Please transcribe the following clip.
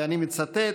ואני מצטט: